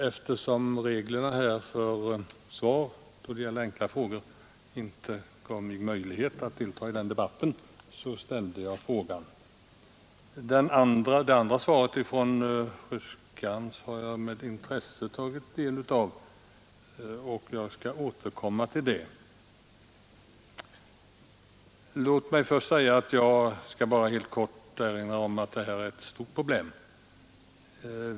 Eftersom reglerna för frågedebatter inte gav mig möjlighet att delta i diskussionen framställde jag min interpellation. Den andra frågan, från fru Skantz, har jag med intresse tagit del av, och jag skall återkomma till den. Jag skall helt kort erinra om att det här är ett stort problem.